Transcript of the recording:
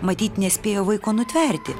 matyt nespėjo vaiko nutverti